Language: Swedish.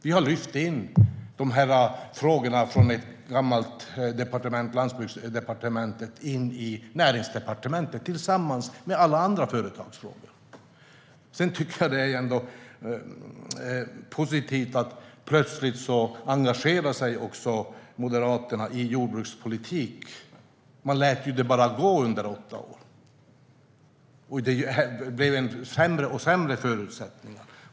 Vi har lyft in dessa frågor från Landsbygdsdepartementet till Näringsdepartementet, där alla andra företagsfrågor finns. Jag tycker ändå att det är positivt att Moderaterna plötsligt engagerar sig i jordbrukspolitiken. Under åtta år lät de det bara gå, och det blev sämre och sämre förutsättningar.